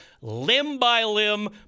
limb-by-limb